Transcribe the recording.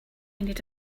need